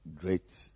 great